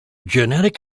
genetic